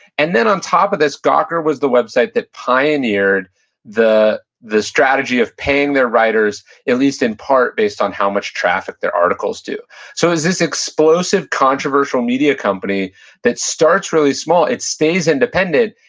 and then on top of this, gawker was the website that pioneered the the strategy of paying their writers at least in part based on how much traffic their articles do so it's this explosive controversial media company that starts really small, it stays independent,